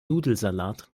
nudelsalat